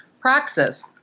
praxis